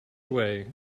away